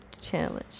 challenge